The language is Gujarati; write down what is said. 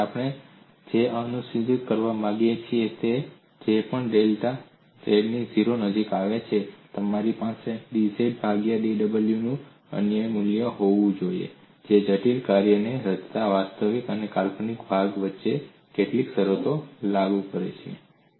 તેથી હવે આપણે જે સુનિશ્ચિત કરવા માંગીએ છીએ તે છે કે જે પણ રીતે ડેલ્ટા z 0 ની નજીક આવે છે મારી પાસે dz ભાગ્યા dw નું અનન્ય મૂલ્ય હોવું જોઈએ જે જટિલ કાર્યને રચતા વાસ્તવિક અને કાલ્પનિક ભાગ વચ્ચે કેટલીક શરતો લાગુ કરે છે